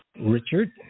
Richard